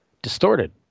Distorted